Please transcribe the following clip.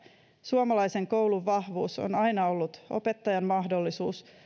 suomalaisen koulun vahvuus on aina ollut opettajan mahdollisuus